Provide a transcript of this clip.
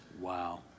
Wow